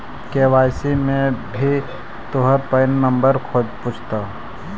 KYC में वो आपका पैन नंबर भी पूछतो